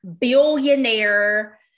billionaire